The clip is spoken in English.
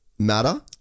matter